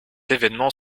événement